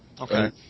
Okay